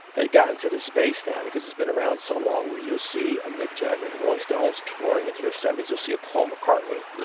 had got into this space now because it's been around so long, where you'll see mick jagger and the rolling stones touring into their seventy s. you'll see a paul mccartney,